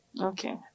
Okay